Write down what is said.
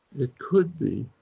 it could be,